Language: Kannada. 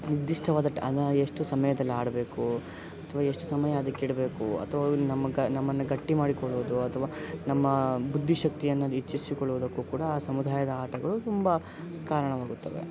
ನಿರ್ದಿಷ್ಟವಾದಷ್ಟು ಅನ್ನೋ ಎಷ್ಟು ಸಮಯದಲ್ಲಿ ಆಡಬೇಕು ಅಥ್ವಾ ಎಷ್ಟು ಸಮಯ ಅದಕ್ಕೆ ಇಡಬೇಕು ಅಥ್ವಾ ಅವು ನಮಗೆ ನಮ್ಮನ್ನು ಗಟ್ಟಿ ಮಾಡಿಕೊಳ್ಳುವುದು ಅಥ್ವಾ ನಮ್ಮ ಬುದ್ದಿ ಶಕ್ತಿಯನ್ನು ಹೆಚ್ಚಿಸಿಕೊಳ್ಳುವುದಕ್ಕೂ ಕೂಡ ಆ ಸಮುದಾಯದ ಆಟಗಳು ತುಂಬ ಕಾರಣವಾಗುತ್ತವೆ